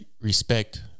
Respect